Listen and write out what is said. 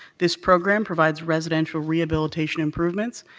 this program provides residential rehabilitation improvements,